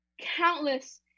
countless